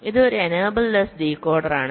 ഇത് ഒരു enable less ഡീകോഡറാണ്